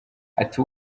ati